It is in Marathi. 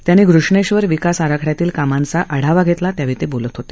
त्यांनी घृष्णेश्वर विकास आराखड्यातील कामांचा आढावा घेतला त्यावेळी ते बोलत होते